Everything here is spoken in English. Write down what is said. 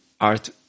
art